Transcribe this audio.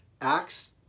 Acts